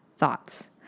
thoughts